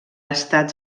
estat